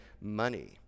money